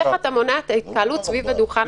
איך אתה מונע את ההתקהלות סביב הדוכן הזה?